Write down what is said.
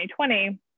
2020